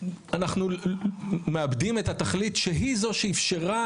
אנחנו מאבדים את התכלית שהיא זו שאפשרה